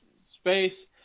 space